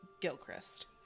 Gilchrist